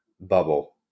bubble